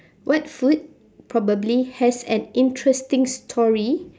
what food probably has an interesting story